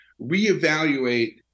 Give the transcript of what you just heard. reevaluate